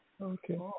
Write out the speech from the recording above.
Okay